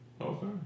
Okay